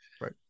right